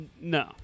No